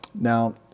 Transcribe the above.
Now